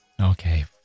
okay